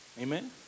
Amen